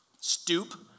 stoop